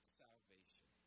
salvation